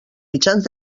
mitjans